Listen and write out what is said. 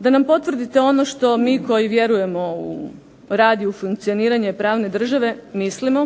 da nam potvrdite ono što mi koji vjerujemo u rad i u funkcioniranje pravne države mislimo,